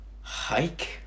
Hike